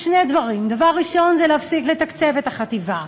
שני דברים: דבר ראשון זה להפסיק לתקצב את החטיבה,